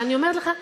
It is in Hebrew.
אבל אני אומרת לך,